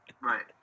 Right